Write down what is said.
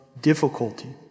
difficulty